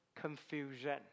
confusion